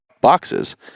boxes